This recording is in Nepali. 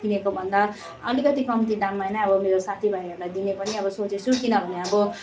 किनेको भन्दा अलिकति कम्ती दाममा नै अब मेरो साथी भाइहरूलाई दिने पनि अब सोचेको छु अब किनभने अब